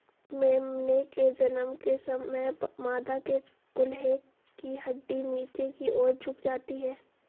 मेमने के जन्म के समय मादा के कूल्हे की हड्डी नीचे की और झुक जाती है